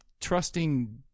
trusting